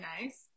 nice